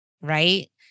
Right